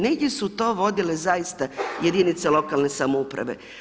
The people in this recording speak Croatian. Negdje su to vodile zaista jedinice lokalne samouprave.